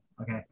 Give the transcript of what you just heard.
Okay